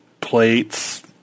plates